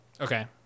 Okay